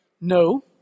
No